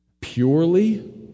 purely